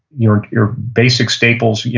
your your basic staples, yeah